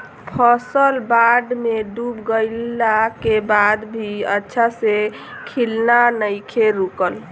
फसल बाढ़ में डूब गइला के बाद भी अच्छा से खिलना नइखे रुकल